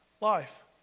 Life